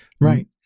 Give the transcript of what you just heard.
Right